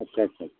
अच्छा अच्छा